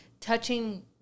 touching